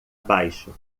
baixo